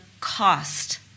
cost